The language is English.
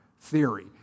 theory